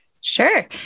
Sure